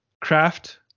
craft